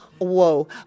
Whoa